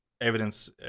evidence